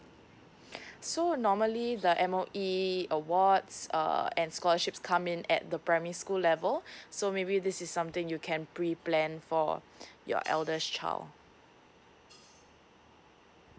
so normally the M_O_E awards uh and scholarships come in at the primary school level so maybe this is something you can pre plan for your eldest child